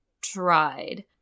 tried